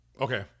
Okay